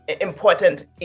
important